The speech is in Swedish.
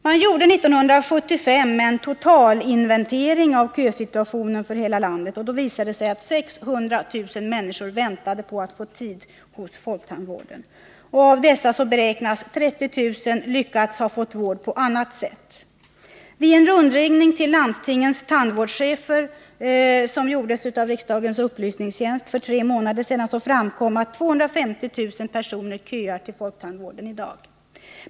Man gjorde 1975 en totalinventering av kösituationen för hela landet, och då visade det sig att 600 000 personer väntade på att få tid hos folktandvården. Av dessa beräknas 30 000 ha lyckats få vård på annat sätt. Vid en rundringning till landstingens tandvårdschefer, som gjordes av riksdagens upplysningstjänst för tre månader sedan, framkom att 250 000 personer köar till folktandvården i dag.